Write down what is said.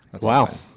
Wow